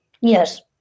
Yes